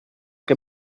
che